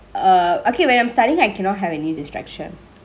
err okay when I'm studyingk I cannot have any distractions